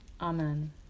Amen